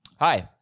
Hi